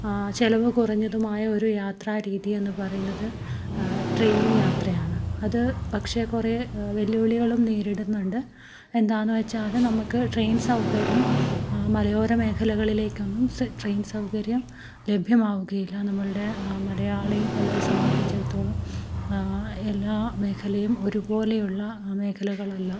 ചിലവ് കുറഞ്ഞതുമായ ഒരു യാത്രാരീതി എന്നു പറയുന്നത് ട്രെയിൻ യാത്രയാണ് അതു പക്ഷേ കുറേ വെല്ലുവിളികളും നേരിടന്നുണ്ട് എന്താണെന്ന് വച്ചാൽ നമുക്ക് ട്രെയിൻ സൗകര്യം മലയോര മേഖലകളിലേക്കൊന്നും ട്രെയിൻ സൗകര്യം ലഭ്യമാവുകയില്ല നമ്മളുടെ മലയാളികളെ സംബന്ധിച്ചെടുത്തോളം എല്ലാ മേഖലയും ഒരുപോലെയുള്ള മേഖലകളല്ല